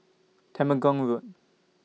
Temenggong Road